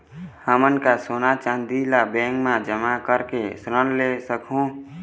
हमन का सोना चांदी ला बैंक मा जमा करके ऋण ले सकहूं?